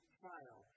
trial